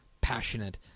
passionate